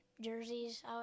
jerseys